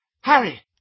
Harry